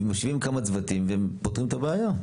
מושיבים כמה צוותים ופותרים את הבעיה.